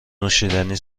نوشیدنی